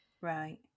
Right